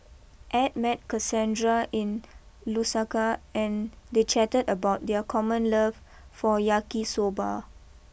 Ed met Cassandra in Lusaka and they chatted about their common love for Yaki Soba